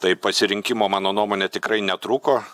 tai pasirinkimo mano nuomone tikrai netrūko